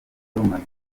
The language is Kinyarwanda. rumaze